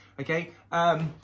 Okay